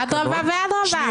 אדרבה ואדרבה.